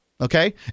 okay